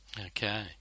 Okay